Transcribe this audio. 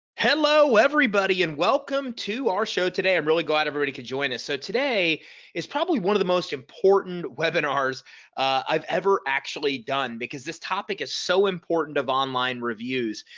hello everybody and welcome to our show today. i'm really glad everybody could join us. so today is probably one of the most important webinars i've ever actually done because this topic is so important of online reviews.